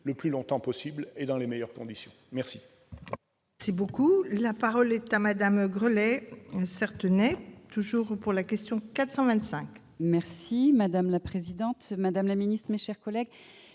le plus longtemps possible et dans les meilleures conditions. La